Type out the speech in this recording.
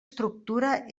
estructura